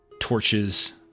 torches